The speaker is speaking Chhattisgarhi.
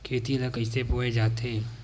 खेती ला कइसे बोय जाथे?